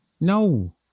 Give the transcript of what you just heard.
No